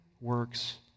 works